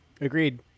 Agreed